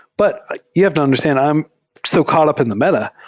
but you have to understand. i'm so caught up in the meta.